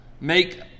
Make